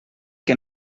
que